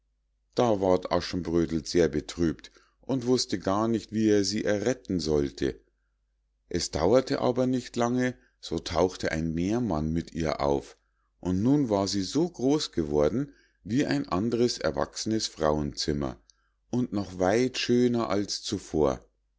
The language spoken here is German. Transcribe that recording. da ward aschenbrödel sehr betrübt und wußte gar nicht wie er sie erretten sollte es dauerte aber nicht lange so tauchte ein meermann mit ihr auf und nun war sie so groß geworden wie ein andres erwachsenes frauenzimmer und noch weit schöner als zuvor